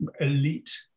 elite